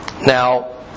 Now